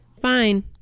Fine